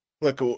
look